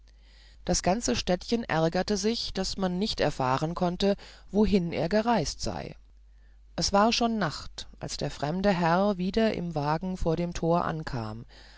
das ganze städtchen ärgerte sich daß man nicht erfahren konnte wohin er gereist sei es war schon nacht als der fremde herr wieder im wagen vor dem tor ankam